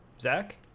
Zach